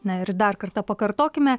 na ir dar kartą pakartokime